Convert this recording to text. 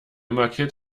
markiert